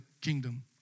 kingdom